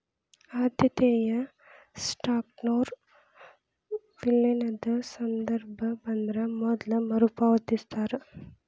ಆದ್ಯತೆಯ ಸ್ಟಾಕ್ನೊರ ವಿಲೇನದ ಸಂದರ್ಭ ಬಂದ್ರ ಮೊದ್ಲ ಮರುಪಾವತಿಸ್ತಾರ